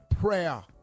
Prayer